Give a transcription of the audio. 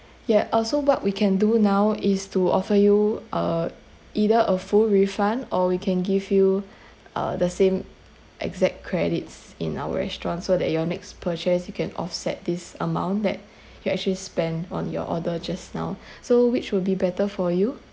yeah also what we can do now is to offer you uh either a full refund or we can give you uh the same exact credits in our restaurant so that your next purchase you can offset this amount that you actually spent on your order just now so which will be better for you